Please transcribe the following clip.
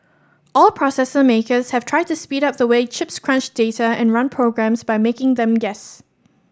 all processor makers have tried to speed up the way chips crunch data and run programs by making them guess